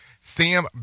Sam